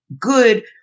good